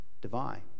divine